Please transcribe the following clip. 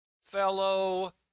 fellow